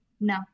No